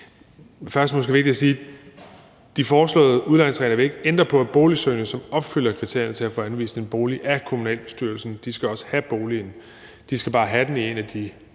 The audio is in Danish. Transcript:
det måske vigtigst at sige, at de foreslåede udlejningsregler ikke vil ændre på, at boligsøgende, som opfylder kriterierne til at få anvist en bolig af kommunalbestyrelsen, også skal have boligen, men de skal bare have den i det store